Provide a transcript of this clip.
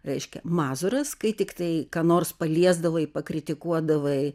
reiškia mazūras kai tiktai ką nors paliesdavai pakritikuodavai